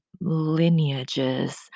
lineages